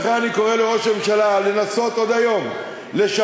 לכן אני קורא לראש הממשלה לנסות עוד היום לשפר